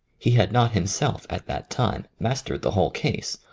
he had not himself at that time mastered the whole case,